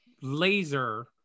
laser –